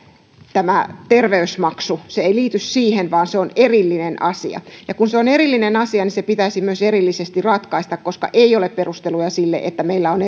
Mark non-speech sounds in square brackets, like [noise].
tämä terveysmaksu se ei liity siihen vaan se on erillinen asia ja kun se on erillinen asia se pitäisi myös erillisesti ratkaista koska ei ole perusteluja sille että meillä on [unintelligible]